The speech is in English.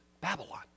Babylon